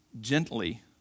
gently